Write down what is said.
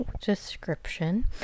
description